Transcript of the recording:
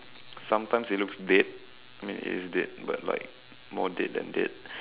sometimes it looks dead I mean it's dead but more dead than dead